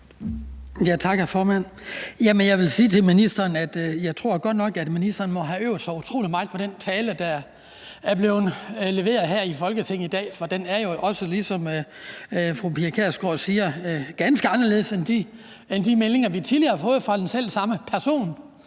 jeg vil sige til ministeren, at jeg godt nok tror, at ministeren må have øvet sig utrolig meget på den tale, der er blevet leveret her i Folketinget i dag, for den er jo også, som fru Pia Kjærsgaard siger, ganske anderledes end de meldinger, vi tidligere har fået fra den selv samme person